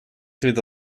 through